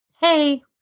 Hey